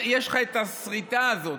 יש לך את הסריטה הזאת,